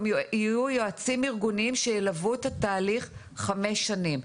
יועצים ארגוניים שילוו את התהליך חמש שנים.